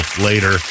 later